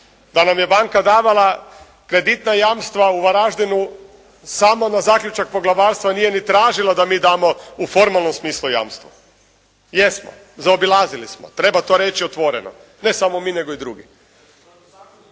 da nam je banka davala kreditna jamstva u Varaždinu samo na zaključak poglavarstva. Nije ni tražila da mi damo u formalnom smislu jamstvo. Jesmo, zaobilazili smo, treba to reći otvoreno. Ne samo mi nego i drugi.